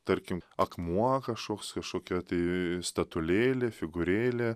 tarkim akmuo kažkoks kažkokia tai statulėlė figūrėlė